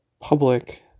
public